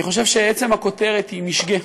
אני חושב שעצם הכותרת היא משגה.